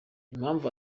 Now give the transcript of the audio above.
impamvu